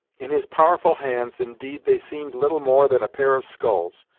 in his powerful hands, indeed, they seemed little more than a pair of sculls,